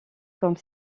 comme